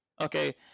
okay